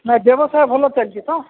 ନାଇଁ ବ୍ୟବସାୟ ଭଲ ଚାଲିଛି ତ